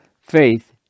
faith